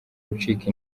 gucika